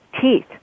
Teeth